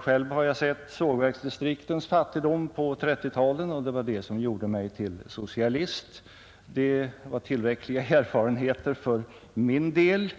Själv har jag sett sågverksdistriktens fattigdom på 1930-talet, och det var det som gjorde mig till socialist — det var tillräckliga erfarenheter för min del.